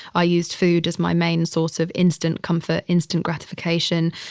i used food as my main source of instant comfort. instant gratification.